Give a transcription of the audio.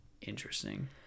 interesting